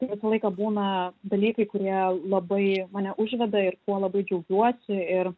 visą laiką būna dalykai kurie labai mane užveda ir kuo labai džiaugiuosi ir